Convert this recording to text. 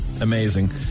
Amazing